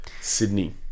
Sydney